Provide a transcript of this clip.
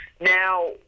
now